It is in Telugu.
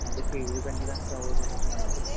అంటే ఫీజులు పెంచడానికి అవ్వద అండి మనకి